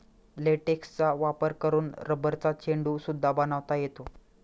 लेटेक्सचा वापर करून रबरचा चेंडू सुद्धा बनवता येतो